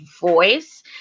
voice